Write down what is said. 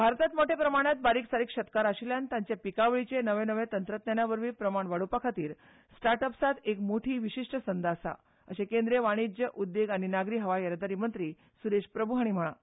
भारतांत मोटे प्रमाणांत बारीक सारीक शेतकार आशिल्ल्यान तांचे पिकावळीचे नवेनवे तंत्रज्ञाना वरवीं प्रमाण वाडोवपा खातीर स्टार्ट अपांत एक मोटी विशिश्ट संद आसा अर्शे केंद्रीय वाणिज्य आनी उद्देग आनी नागरी हवाय येरादारी मंत्री सुरेश प्रभू हांणी म्हळां